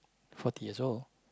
forty years old